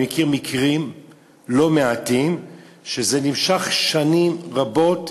אני מכיר מקרים לא מעטים שזה נמשך שנים רבות,